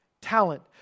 talent